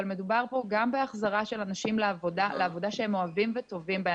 אבל מדובר פה גם בהחזרה של אנשים לעבודה שהם אוהבים וטובים בה,